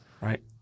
Right